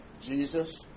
Jesus